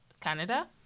Canada